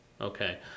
okay